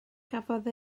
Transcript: cafodd